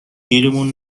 گیرمون